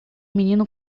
menino